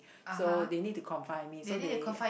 so they need to confine me so they